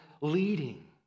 leading